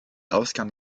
ausgaben